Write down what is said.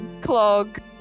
clog